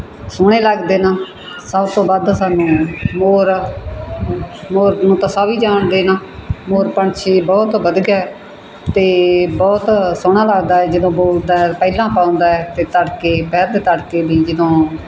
ਸੋਹਣੇ ਲੱਗਦੇ ਹਨ ਸਭ ਤੋਂ ਵੱਧ ਸਾਨੂੰ ਮੋਰ ਮੋਰ ਨੂੰ ਤਾਂ ਸਭ ਹੀ ਜਾਣਦੇ ਹਨ ਮੋਰ ਪੰਛੀ ਬਹੁਤ ਵਧੀਆ ਆ ਅਤੇ ਬਹੁਤ ਸੋਹਣਾ ਲੱਗਦਾ ਜਦੋਂ ਬੋਲਦਾ ਪੈਲਾਂ ਪਾਉਂਦਾ ਅਤੇ ਤੜਕੇ ਦੁਪਹਿਰ ਅਤੇ ਤੜਕੇ ਵੀ ਜਦੋਂ